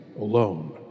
alone